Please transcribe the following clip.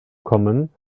kommen